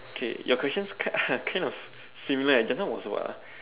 okay your questions kind are kind of similar just now was what ah